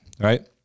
right